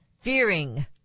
fearing